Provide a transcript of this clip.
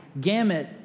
gamut